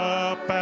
up